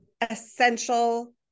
essential